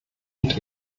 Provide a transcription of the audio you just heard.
und